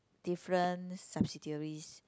different subsidiaries